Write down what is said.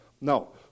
No